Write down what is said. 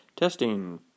Testing